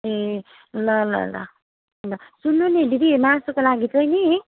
ए ल ल ल ल सुन्नु नि दिदी मासुको लागि चाहिँ नि